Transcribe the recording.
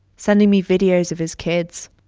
sending me videos of his kids.